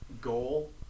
goal